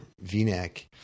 V-neck